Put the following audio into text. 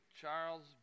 Charles